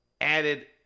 added